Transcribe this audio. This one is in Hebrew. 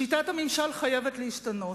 שיטת הממשל חייבת להשתנות,